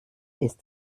ist